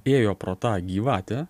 ėjo pro tą gyvatę